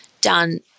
done